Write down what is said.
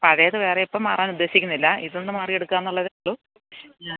പഴയത് വേറെ ഇപ്പം മാറാൻ ഉദ്ദേശിക്കുന്നില്ല ഇതൊന്ന് മാറി എടുക്കാം എന്നുള്ളതേ ഉള്ളു ഉം